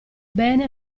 bene